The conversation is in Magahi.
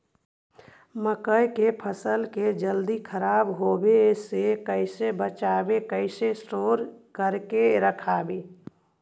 मकइ के फ़सल के जल्दी खराब होबे से कैसे बचइबै कैसे स्टोर करके रखबै?